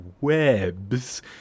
webs